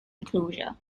enclosure